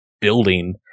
Building